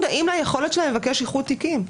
ליכולת שלהם לבקש איחוד תיקים.